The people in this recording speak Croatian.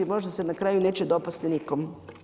Možda se na kraju neće dopasti nikom?